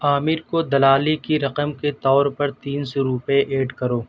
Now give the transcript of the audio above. عامر کو دلالی کی رقم کے طور پر تین سو روپے ایڈ کرو